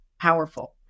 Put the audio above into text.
powerful